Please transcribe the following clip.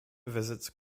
visits